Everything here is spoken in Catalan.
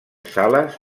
sales